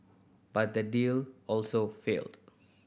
but that deal also failed